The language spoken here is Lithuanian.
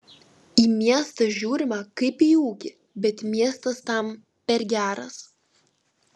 į miestą žiūrima kaip į ūkį bet miestas tam per geras